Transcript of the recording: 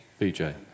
BJ